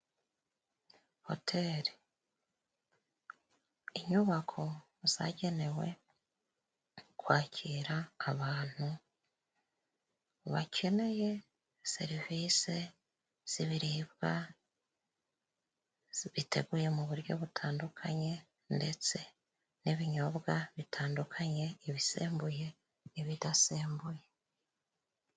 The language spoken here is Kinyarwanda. Hoteri, inyubako zagenewe kwakira abantu bakeneye serivise z'ibiribwa zibiteguye mu buryo butandukanye ndetse n'ibinyobwa bitandukanye, ibisembuye n'ibidasembuye.